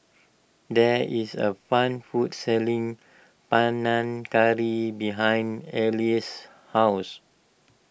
there is a fan court selling Panang Curry behind Elissa's house